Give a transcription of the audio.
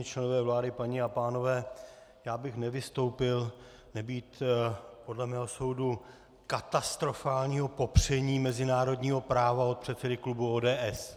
Členové vlády, paní a pánové, já bych nevystoupil nebýt podle mého soudu katastrofálního popření mezinárodního práva od předsedy klubu ODS.